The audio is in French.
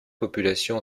populations